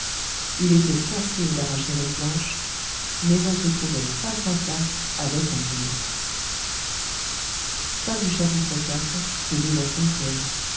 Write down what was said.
il était facile d'arracher une planche mais on se trouvait face à face avec un mur chapitre